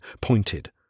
pointed